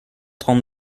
trente